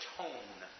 tone